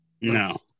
No